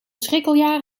schrikkeljaar